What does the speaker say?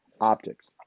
optics